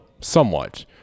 somewhat